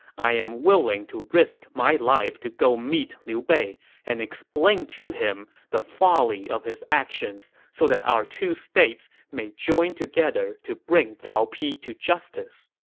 i am willing to risk my life to go meet liu bei and explain to him the folly of his actions so that our two states may join together to bring cao pi to justice.